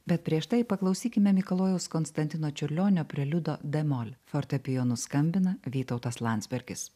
bet prieš tai paklausykime mikalojaus konstantino čiurlionio preliudo de mol fortepijonu skambina vytautas landsbergis